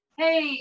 hey